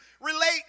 relate